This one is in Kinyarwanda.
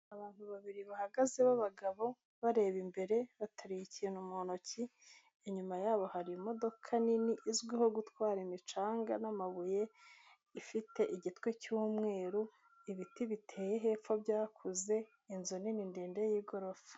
Abantu babiri bahagaze b'abagabo bareba imbere bataruye ikintu mu ntoki, inyuma yabo hari imodoka nini izwiho gutwara imicanga n'amabuye ifite igitwe cy'umweru ibiti biteye hepfo byakuze inzu nini ndende y'igorofa.